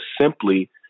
simply